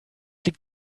liegt